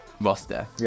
roster